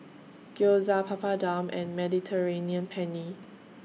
Gyoza Papadum and Mediterranean Penne